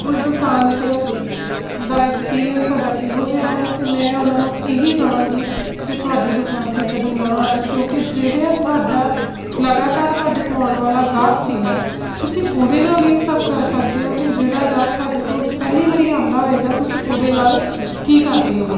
ਉਸ ਦੁਕਾਨ 'ਤੇ ਓ ਦਾ ਐਕਸਪੀਰੀਅੰਸ ਤੁਹਾਡਾ ਕਿਹੋ ਜਿਹਾ ਹੈ ਤਾਂ ਮੈਂ ਉਹਨਾਂ ਨੂੰ ਇਹੀ ਕਹਾਂਗੀ ਕਿ ਤੁਹਾਡੀ ਦੁਕਾਨ 'ਤੇ ਕਦੀ ਨਾ ਆਉਣ ਕਿਉਂਕਿ ਜਿਹੜੇ ਤੁਹਾਡਾ ਲਗਾਤਾਰ ਤੁਹਾਡੇ ਕੋਲ ਆਉਣ ਵਾਲਾ ਗਾਹਕ ਸੀਗਾ ਤੁਸੀਂ ਉਹਦੇ ਨਾਲ ਇਹ ਸਭ ਕਰ ਸਕਦੇ ਹੋ ਅਤੇ ਜਿਹੜਾ ਗਾਹਕ ਤੁਹਾਡੇ ਕੋਲ ਪਹਿਲੀ ਵਾਰੀ ਆਉਂਦਾ ਹੋਏਗਾ ਤੁਸੀਂ ਉਹਦੇ ਨਾਲ ਕੀ ਕਰਦੇ ਹੋਵੋਗੇ